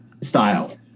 style